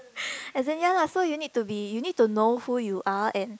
as in ya lah so you need to be you need to know who you are and